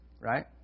Right